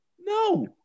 no